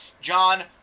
John